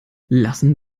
lassen